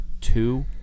two